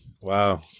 Wow